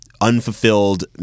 unfulfilled